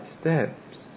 steps